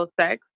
sex